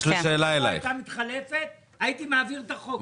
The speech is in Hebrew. אם הממשלה לא הייתה מתחלפת הייתי מעביר את החוק.